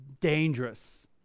dangerous